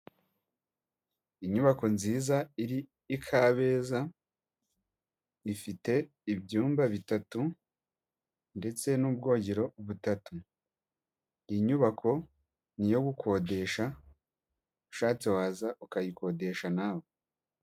Inyubako nziza, iri i Kabeza, ifite ibyumba bitatu ndetse n'ubwogero butatu. Iyi nyubako ni iyo gukodesha, ushatse waza ukayikodesha nawe.